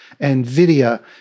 Nvidia